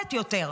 יכולת יותר.